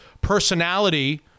personality